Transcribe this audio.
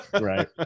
Right